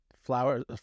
flowers